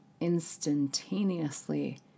instantaneously